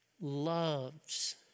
Loves